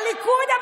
הליכוד,